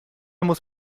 muss